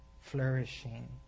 flourishing